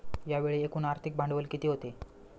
यावेळी एकूण आर्थिक भांडवल किती होते?